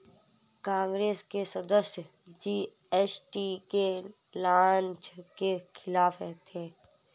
कांग्रेस के सदस्य जी.एस.टी के लॉन्च के खिलाफ थे